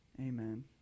Amen